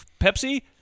Pepsi